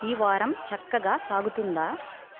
ఈ వారం చక్కగా సాగుతుందా